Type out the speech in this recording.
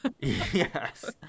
Yes